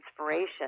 inspiration